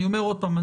אני אומר עוד פעם.